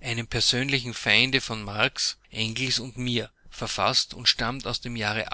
einem persönlichen feinde von marx engels und mir verfaßt und stammt aus dem jahre